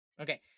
Okay